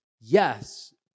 Yes